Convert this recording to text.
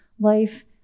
life